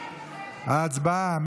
הצבעה.